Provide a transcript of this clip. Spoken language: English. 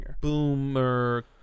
Boomer